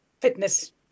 fitness